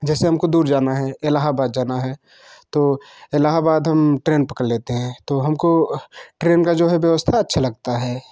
जैसे हम को दूर जाना है इलाहाबाद जाना है तो इलाहाबाद हम ट्रेन पकड़ लेते हैं तो हम को ट्रेन का जो है व्यवस्था अच्छा लगता है